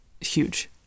huge